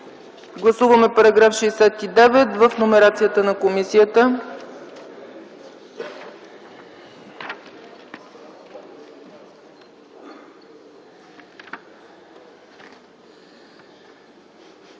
Гласуваме § 69 в номерацията на комисията.